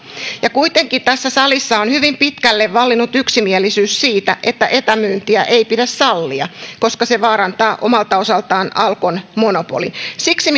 kuitenkin tässä salissa on hyvin pitkälle vallinnut yksimielisyys siitä että etämyyntiä ei pidä sallia koska se vaarantaa omalta osaltaan alkon monopolin siksi